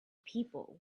people